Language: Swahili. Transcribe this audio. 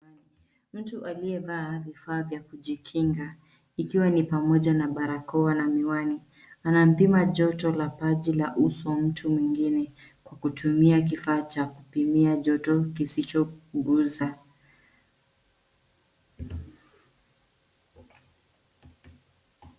Mtu aliyevaa vifaa vya kujikinga ikiwa ni pamoja na barakoa na miwani. Anampima joto la paji la uso wa mtu mwengine kwa kutumia kifaa cha kupimia joto kisichokuguza.